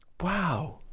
Wow